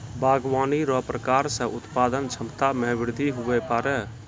बागवानी रो प्रकार से उत्पादन क्षमता मे बृद्धि हुवै पाड़ै